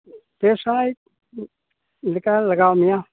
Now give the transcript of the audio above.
ᱯᱮ ᱥᱟᱭ ᱞᱮᱠᱟ ᱞᱟᱜᱟᱣ ᱢᱮᱭᱟ